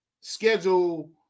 Schedule